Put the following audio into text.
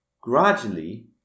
Gradually